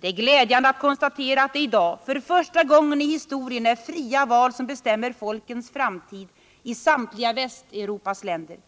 Det är glädjande att konstatera att det i dag för första gången i historien är fria val som bestämmer folkens framtid i samtliga Västeuropas länder.